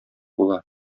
була